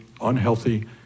unhealthy